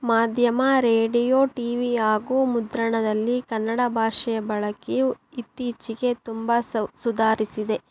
ಮಾಧ್ಯಮ radio T V ಹಾಗೂ ಮುದ್ರಣದಲ್ಲಿ ಕನ್ನಡ ಭಾಷೆಯ ಬಳಕೆಯು ಇತ್ತೀಚಿಗೆ ತುಂಬ ಸೌ ಸುಧಾರಿಸಿದೆ